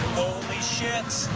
holy shit,